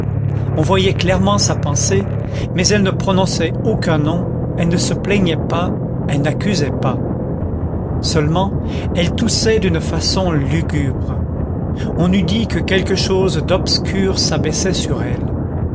on voyait clairement sa pensée mais elle ne prononçait aucun nom elle ne se plaignait pas elle n'accusait pas seulement elle toussait d'une façon lugubre on eût dit que quelque chose d'obscur s'abaissait sur elle